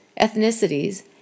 ethnicities